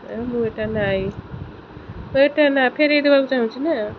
ମୁଁ ଏଇଟା ନାଇଁ ମୁଁ ଏଇଟା ନା ଫେରାଇ ଦେବାକୁ ଚାହୁଁଛି ନା